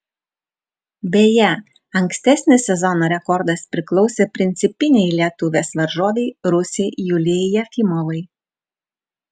beje ankstesnis sezono rekordas priklausė principinei lietuvės varžovei rusei julijai jefimovai